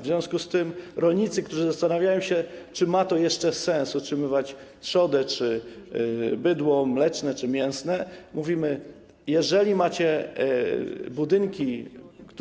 W związku z tym rolnikom, którzy zastanawiają się, czy ma to jeszcze sens utrzymywać trzodę, czy bydło mleczne czy mięsne, mówimy: jeżeli macie budynki,